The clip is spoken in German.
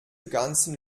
ganzen